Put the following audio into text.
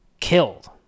killed